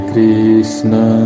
Krishna